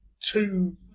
two